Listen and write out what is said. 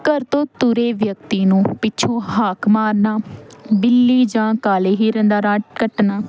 ਘਰ ਤੋਂ ਤੁਰੇ ਵਿਅਕਤੀ ਨੂੰ ਪਿੱਛੋਂ ਹਾਕ ਮਾਰਨਾ ਬਿੱਲੀ ਜਾਂ ਕਾਲੇ ਹਿਰਨ ਦਾ ਰਾਹ ਕੱਟਣਾ